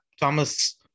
Thomas